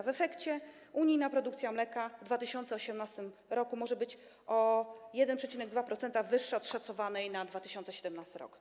W efekcie unijna produkcja mleka w 2018 r. może być o 1,2% wyższa od szacowanej na 2017 r.